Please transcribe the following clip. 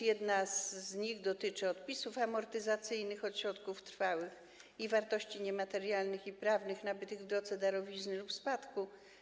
Jedna z nich dotyczy odpisów amortyzacyjnych od środków trwałych i wartości niematerialnych i prawnych nabytych w drodze darowizny lub spadku.